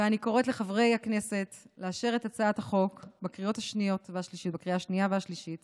ואני קוראת לחברי הכנסת לאשר את הצעת החוק בקריאה השנייה והשלישית